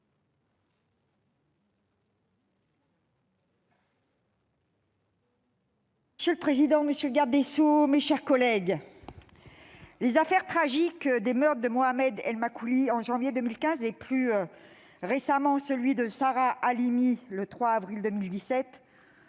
Monsieur le président, monsieur le garde des sceaux, mes chers collègues, des affaires tragiques- le meurtre de Mohamed El Makouli en janvier 2015 et, plus récemment, celui de Sarah Halimi le 3 avril 2017